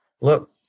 look